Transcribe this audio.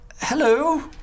hello